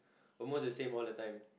almost the same all the time